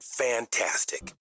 fantastic